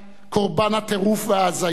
קורבן הטירוף וההזיה,